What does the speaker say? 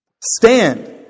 Stand